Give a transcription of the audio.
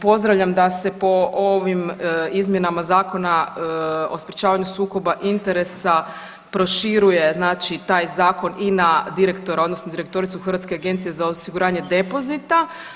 Pozdravljam da se po ovim izmjenama Zakona o sprječavanju sukoba interesa proširuje znači taj zakon i na direktora odnosno direktoru Hrvatske agencije za osiguranje depozita.